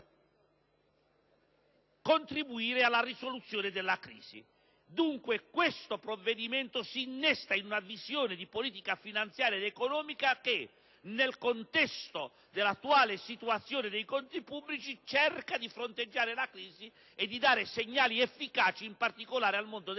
contribuire alla risoluzione della crisi. Dunque, questo provvedimento si innesta in una visione di politica finanziaria ed economica che, nel contesto dell'attuale situazione dei conti pubblici, cerca di fronteggiare la crisi e di dare segnali efficaci, in particolare al mondo delle